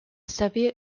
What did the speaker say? soviet